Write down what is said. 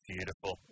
Beautiful